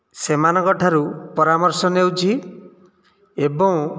ସେମାନଙ୍କ ଠାରୁ ପରାମର୍ଶ ନେଉଛି ଏବଂ